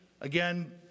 Again